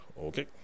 okay